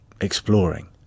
exploring